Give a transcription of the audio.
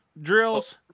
drills